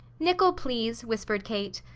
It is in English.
nickel, please, whispered kate.